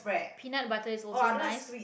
peanut butter is also nice